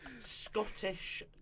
Scottish